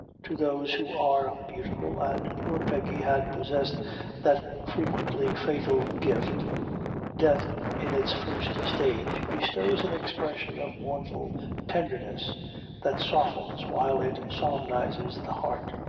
to those who are beautiful and poor peggy had possessed that frequently fatal gift death in its first stage, bestows an expression of mournful tenderness that softens while it solemnizes the heart.